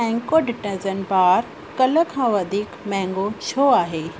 Hancko detergent bar कल्ह खां वधीक महांगो छो आहे